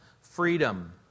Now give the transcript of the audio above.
Freedom